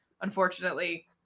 Unfortunately